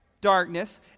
Darkness